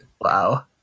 Wow